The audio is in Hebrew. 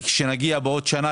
וכשנגיע לכאן בעוד שנה,